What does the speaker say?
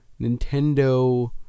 Nintendo